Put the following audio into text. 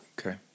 Okay